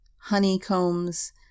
honeycombs